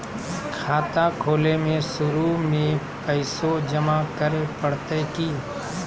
खाता खोले में शुरू में पैसो जमा करे पड़तई की?